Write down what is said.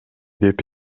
деп